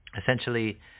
essentially